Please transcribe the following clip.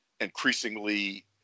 increasingly